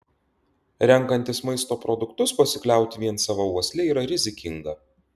renkantis maisto produktus pasikliauti vien sava uosle yra rizikinga